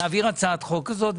נעביר הצעת חוק כזאת.